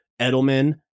Edelman